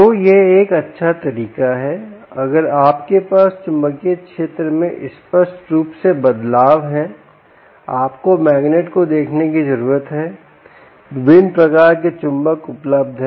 तो यह एक अच्छा तरीका है अगर आप के पास चुंबकीय क्षेत्र में स्पष्ट रूप से बदलाव है आपको मैग्नेट को देखने की जरूरत है विभिन्न प्रकार के चुम्बक उपलब्ध हैं